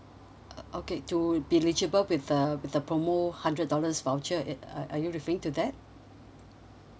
uh okay to be eligible with uh with the promo hundred dollars voucher at uh are you referring to that